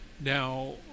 Now